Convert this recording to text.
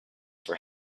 for